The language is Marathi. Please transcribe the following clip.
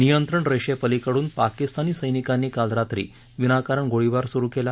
नियंत्रण रेषेपलिकडून पाकिस्तानी सैनिकानी काल रात्री विनाकारण गोळीबार स्रु केला